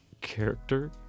character